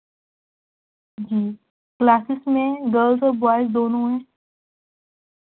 جی classes میں girls اور boys دونوں ہیں